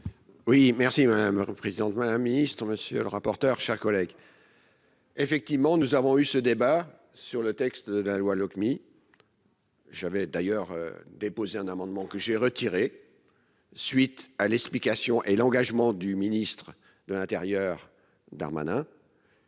Oui merci madame président moins un ministre monsieur le rapporteur, chers collègues. Effectivement nous avons eu ce débat sur le texte de la loi Lopmi. J'avais d'ailleurs déposé un amendement que j'ai retiré. Suite à l'explication et l'engagement du ministre de l'Intérieur Darmanin.